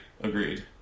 Agreed